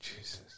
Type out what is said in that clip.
Jesus